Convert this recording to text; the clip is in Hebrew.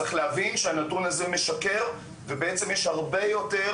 צריך להבין שהנתון הזה משקר ובעצם יש הרבה יותר